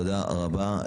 תודה רבה.